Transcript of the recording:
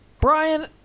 Brian